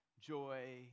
joy